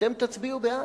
אתם תצביעו בעד.